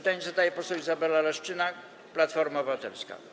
Pytanie zadaje poseł Izabela Leszczyna, Platforma Obywatelska.